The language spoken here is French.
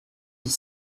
dix